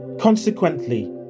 Consequently